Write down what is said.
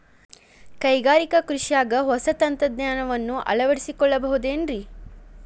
ಕೈಗಾರಿಕಾ ಕೃಷಿಯಾಗ ಹೊಸ ತಂತ್ರಜ್ಞಾನವನ್ನ ಅಳವಡಿಸಿಕೊಳ್ಳಬಹುದೇನ್ರೇ?